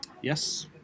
Yes